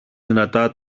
δυνατά